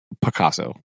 Picasso